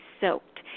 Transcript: soaked